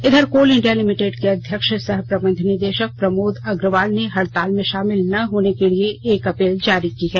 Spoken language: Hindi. इधर कोल इंडिया लिमिटेड के अध्यक्ष सह प्रबंध निदेशक प्रमोद अग्रवाल ने हड़ताल में शामिल न होने के लिए एक अपील जारी की है